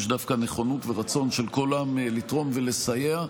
יש דווקא נכונות ורצון של כולם לתרום ולסייע,